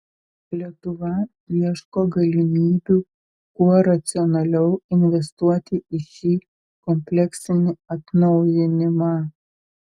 lietuva ieško galimybių kuo racionaliau investuoti į šį kompleksinį atnaujinimą